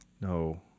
No